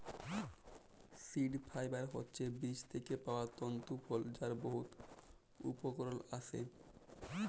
seed fibre হছে বীজ থ্যাইকে পাউয়া তল্তু ফল যার বহুত উপকরল আসে